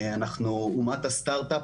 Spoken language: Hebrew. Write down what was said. אנחנו אומת הסטארט-אפ.